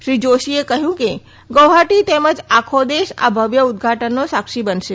શ્રી જોશીએ કહ્યું કે ગૌહાટી તેમજ આખો દેશ આ ભવ્ય ઉદઘાટનનો સાક્ષી બનશે